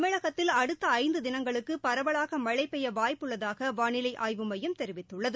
தமிழகத்தில் அடுத்த ஐந்து திணங்களுக்கு பரவலாக மழழ பெய்ய வாய்ப்பு உள்ளதாக வானிலை ஆய்வு மையம் தெரிவித்துள்ளது